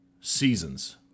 seasons